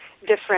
different